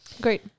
great